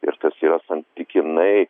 ir tas jo santykinai